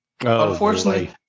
Unfortunately